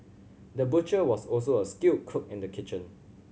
the butcher was also a skilled cook in the kitchen